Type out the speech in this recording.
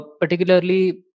particularly